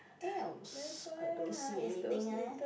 else I don't see anything leh